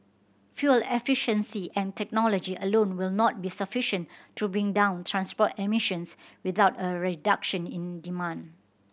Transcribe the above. fuel efficiency and technology alone will not be sufficient to bring down transport emissions without a reduction in demand